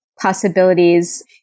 possibilities